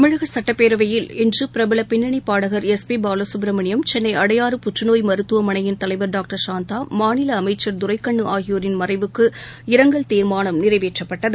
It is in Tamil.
தமிழகசட்டப்பேரவையில் இன்று பிரபலபின்னணி பாடகர் பிபாலசுப்ரமணியம் எஸ் சென்னைஅடையாறு புற்றுநோய் மருத்துவமனையின் தலைவர் டாக்டர் சாந்தா மாநிலஅமைச்சர் துரைக்கண்ணுஆகியோரின் மறைவுக்கு இரங்கல் தீர்மானம் நிறைவேற்றப்பட்டது